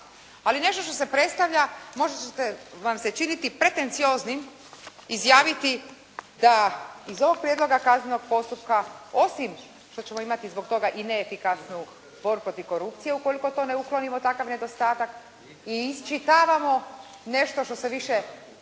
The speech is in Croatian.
Ali nešto što se predstavlja, možda će vam se činiti pretencioznim izjaviti da iz ovog prijedloga kaznenog postupka osim što ćemo imati zbog toga i neefikasnu borbu protiv korupcije ukoliko to ne uklonimo takav nedostatak i iščitavamo nešto što više